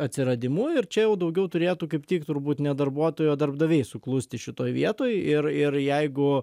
atsiradimu ir čia jau daugiau turėtų kaip tik turbūt ne darbuotojai o darbdaviai suklusti šitoj vietoj ir ir jeigu